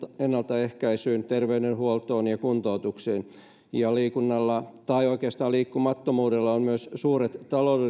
ennaltaehkäisyyn terveydenhuoltoon ja kuntoutukseen ja liikunnalla tai oikeastaan liikkumattomuudella on myös suuret